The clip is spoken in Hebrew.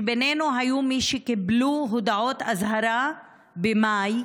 שבינינו היו מי שקיבלו הודעות אזהרה במאי,